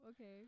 okay